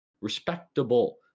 Respectable